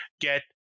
get